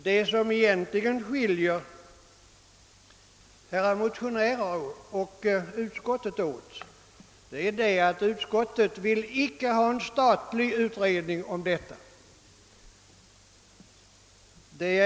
Det enda som skiljer herrar motionärer och utskottet åt är att utskottet icke vill ha en statlig ut redning i denna fråga.